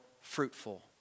fruitful